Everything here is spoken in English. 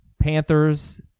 Panthers